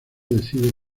decide